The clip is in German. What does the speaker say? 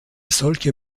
solche